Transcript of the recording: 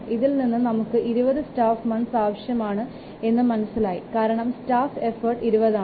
ഇതിൽ ഇന്നും നമുക്ക് 20 സ്റ്റാഫ് മന്ത്സ് ആവശ്യമാണ് എന്നു മനസിലായി കാരണം സ്റ്റാഫ് എഫോർട്ട് 20 ആണ്